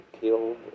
killed